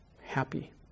happy